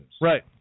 Right